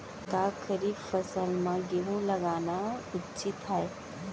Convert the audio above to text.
का खरीफ फसल म गेहूँ लगाना उचित है?